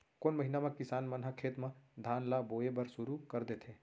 कोन महीना मा किसान मन ह खेत म धान ला बोये बर शुरू कर देथे?